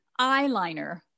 eyeliner